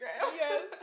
Yes